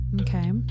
Okay